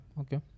Okay